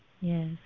Yes